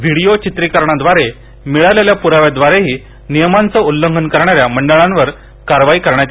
video चित्रिकरणाद्वारे मिळालेल्या प्राव्याद्वारेही नियमाचे उल्लंघन करणाऱ्या मंडळांवर कारवाई करण्यात येणार आहे